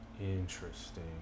Interesting